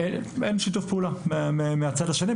אין שיתוף פעולה מהצד השני,